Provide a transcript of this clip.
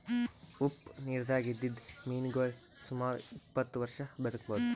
ಉಪ್ಪ್ ನಿರ್ದಾಗ್ ಇದ್ದಿದ್ದ್ ಮೀನಾಗೋಳ್ ಸುಮಾರ್ ಇಪ್ಪತ್ತ್ ವರ್ಷಾ ಬದ್ಕಬಹುದ್